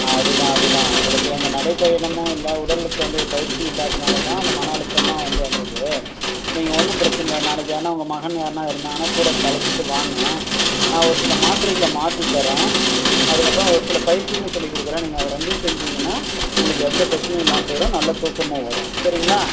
அது தான் அது தான் உங்களுக்கு அந்த நடை பயணமும் இல்லை உடலுக்கு வந்து ஒரு பயிற்சி இல்லாததினால தான் அந்த மனஅழுத்தமா வந்து அமையுது நீங்கள் ஒன்றும் பிரச்சனை இல்லை நாளைக்கு யார்னா உங்கள் மகன் யார்னா இருந்தாங்கனா கூட அழைச்சிக்கிட்டு வாங்க நான் ஒரு சில மாத்திரைகள மாற்றி தரேன் அதுக்கப்புறோம் ஒரு சில பயிற்சிகளும் சொல்லிக்கொடுக்கிறேன் நீங்கள் அது ரெண்டையும் செஞ்சிங்கனால் உங்களுக்கு எந்த பிரச்சினையும் இல்லாமல் போயிடும் நல்ல தூக்கமும் வரும் சரிங்களா